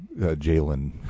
Jalen